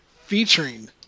featuring